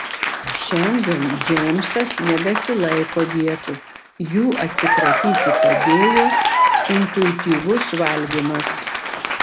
šiandien džeimsas nebesilaiko dietų jų atsikratyti padėjo intuityvus valgymas